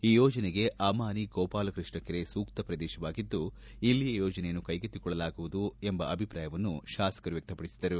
ಈ ಯೋಜನೆಗೆ ಅಮಾನಿ ಗೋಪಾಲಕೃಷ್ಣ ಕೆರೆ ಸೂಕ್ತ ಪ್ರದೇಶವಾಗಿದ್ದು ಇಲ್ಲಿಯೇ ಯೋಜನೆಯನ್ನು ಕ್ಲೆಗೆತ್ತಿಕೊಳ್ಳುವುದು ಸೂಕ್ತ ಎಂಬ ಅಭಿಪ್ರಾಯವನ್ನು ಶಾಸಕರು ವ್ಯಕ್ತಪಡಿಸಿದರು